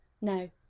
No